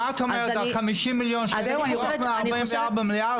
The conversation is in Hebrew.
מדברים על 50 מיליון שקלים מתוך 44 מיליארד שקלים.